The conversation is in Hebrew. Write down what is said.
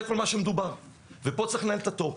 זה כל מה שמדובר, ופה צריך לנהל את התור.